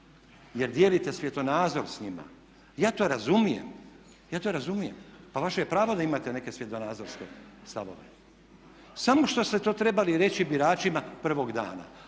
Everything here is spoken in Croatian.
jer dijelite svjetonazor s njima ja to razumijem, ja to razumijem, pa vaše je pravo da imate neke svjetonazorske stavove samo što ste to trebali reći biračima prvog dana,